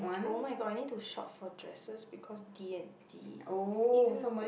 oh-my-god I need to shop for dresses because of D and D !eww!